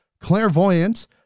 clairvoyant